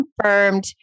confirmed